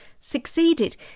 succeeded